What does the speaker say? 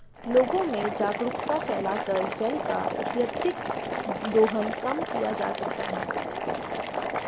लोगों में जागरूकता फैलाकर जल का अत्यधिक दोहन कम किया जा सकता है